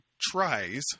tries